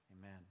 Amen